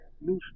new